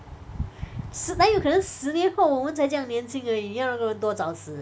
十那里有可能十年后我们才这样年轻而已你要那么多人早死